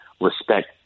respect